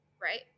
right